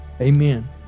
amen